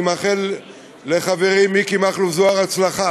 אני מאחל לחברי מיקי מכלוף זוהר הצלחה.